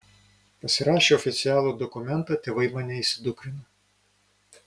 pasirašę oficialų dokumentą tėvai mane įsidukrino